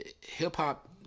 Hip-hop